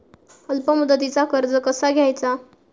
अल्प मुदतीचा कर्ज कसा घ्यायचा?